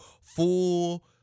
full